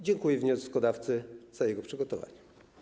Dziękuję wnioskodawcy za jego przygotowanie.